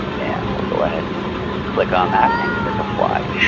and i'll go ahead and click on that and click apply.